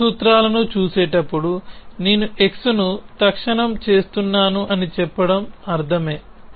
ఈ రెండు సూత్రాలను చూసేటప్పుడు నేను x ను తక్షణం చేస్తున్నాను అని చెప్పడం అర్ధమే